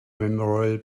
memorial